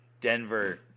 Denver